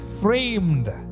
framed